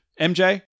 MJ